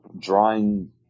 drawing